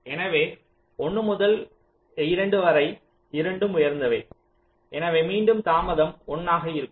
எனவே 1 முதல் 2 வரை இரண்டும் உயர்ந்தவை எனவே மீண்டும் தாமதம் 1 ஆக இருக்கும்